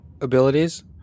abilities